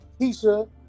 Keisha